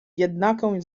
jednaką